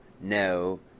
no